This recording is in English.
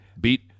beat